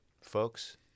folks